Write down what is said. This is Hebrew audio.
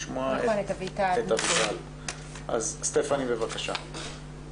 מדובר בנאשם שהוגש נגדו כתב אישום ויש חוות